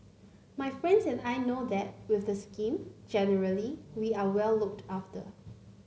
my friends and I know that with the scheme generally we are well looked after